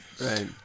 Right